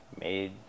made